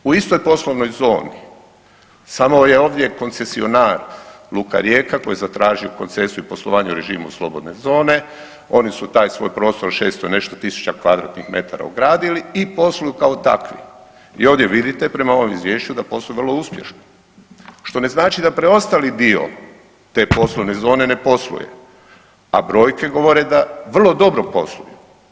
U istoj poslovnoj zoni, samo je ovdje koncesionar Luka Rijeka koja zatraži koncesiju poslovanja u režimu slobodne zone, oni su taj svoj prostor, 600 i nešto tisuća kvadratnih metara ogradili i posluju kao takvi i ovdje vidite, prema ovom Izvješću da posluju vrlo uspješno, što ne znači da preostali dio te poslovne zone ne posluje, s broje govore da vrlo dobro posluju.